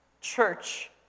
church